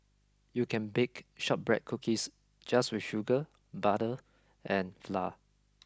you can bake shortbread cookies just with sugar butter and flour